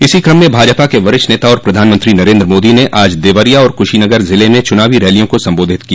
इसी कम में भाजपा के वरिष्ठ नेता और प्रधानमंत्री नरेन्द्र मोदी ने आज देवरिया और कुशीनगर जिले में चुनावी रैलियों को सम्बोधित किया